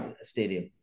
stadium